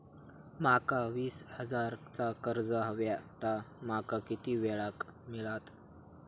माका वीस हजार चा कर्ज हव्या ता माका किती वेळा क मिळात?